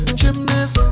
gymnast